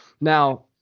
now